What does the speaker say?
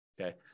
Okay